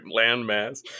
landmass